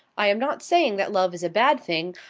i am not saying that love is a bad thing,